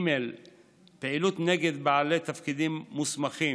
פעילות נגד בעלי תפקידים מוסמכים,